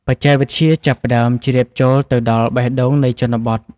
បច្ចេកវិទ្យាចាប់ផ្ដើមជ្រាបចូលទៅដល់បេះដូងនៃជនបទ។